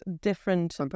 different